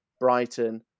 Brighton